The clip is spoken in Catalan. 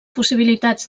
possibilitats